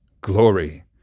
Glory